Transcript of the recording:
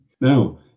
Now